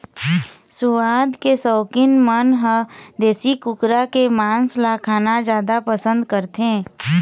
सुवाद के सउकीन मन ह देशी कुकरा के मांस ल खाना जादा पसंद करथे